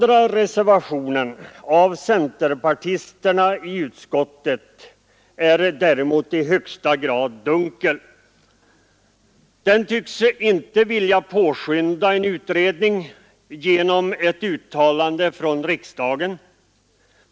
Reservationen 2, av centerpartisterna i utskottet, är däremot i högsta grad dunkel. Den tycks inte vilja påskynda en utredning genom ett uttalande av riksdagen.